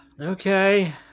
Okay